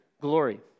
glory